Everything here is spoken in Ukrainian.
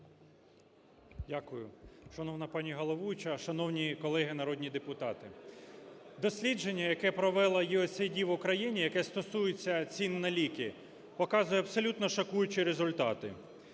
Дякую. Шановна пані головуюча! Шановні колеги народні депутати! Дослідження, яке провело USAID в Україні, яке стосується цін на ліки, показує абсолютно шокуючі результати.